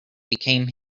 became